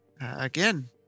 Again